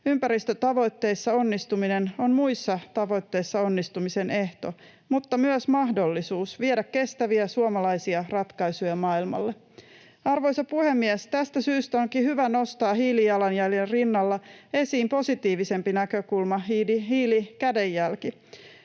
Ympäristötavoitteissa onnistuminen on muissa tavoitteissa onnistumisen ehto — mutta myös mahdollisuus viedä kestäviä suomalaisia ratkaisuja maailmalle. Arvoisa puhemies! Tästä syystä onkin hyvä nostaa hiilijalanjäljen rinnalla esiin positiivisempi näkökulma, hiilikädenjälki.